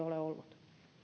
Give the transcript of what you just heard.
ole ollut